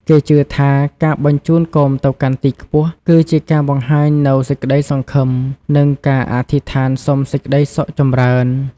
គេជឿថា ការបញ្ជូនគោមទៅកាន់ទីខ្ពស់ គឺជាការបង្ហាញនូវសេចក្តីសង្ឃឹម និងការអធិដ្ឋានសុំសេចក្តីសុខចម្រើន។